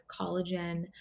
collagen